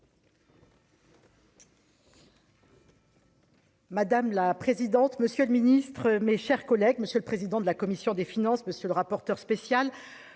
Madame la présidente, monsieur le ministre, mes chers collègues, monsieur le président de la commission des finances, monsieur le rapporteur spécial